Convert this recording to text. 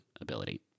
ability